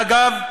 ואגב,